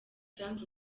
frank